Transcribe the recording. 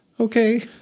Okay